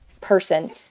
person